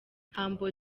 humble